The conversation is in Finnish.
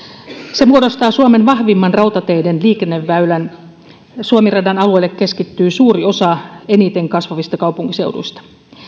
se muodostaa suomen vahvimman rautateiden liikenneväylän ja suomi radan alueelle keskittyy suuri osa eniten kasvavista kaupunkiseuduista